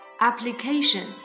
Application